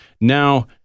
Now